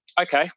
okay